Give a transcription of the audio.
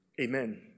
Amen